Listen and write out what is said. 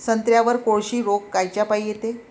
संत्र्यावर कोळशी रोग कायच्यापाई येते?